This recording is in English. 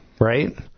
right